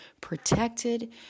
protected